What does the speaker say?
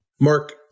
Mark